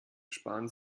sparen